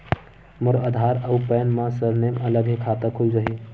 मोर आधार आऊ पैन मा सरनेम अलग हे खाता खुल जहीं?